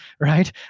right